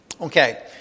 Okay